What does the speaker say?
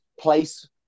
place